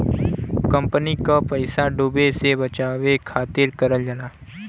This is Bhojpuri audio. कंपनी क पइसा डूबे से बचावे खातिर करल जाला